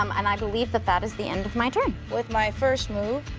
um and i believe that that is the end of my turn. with my first move,